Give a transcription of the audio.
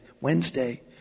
Wednesday